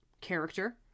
character